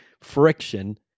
friction